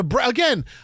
Again